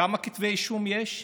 כמה כתבי אישום יש?